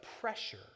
pressure